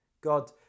God